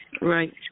Right